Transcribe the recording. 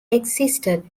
existed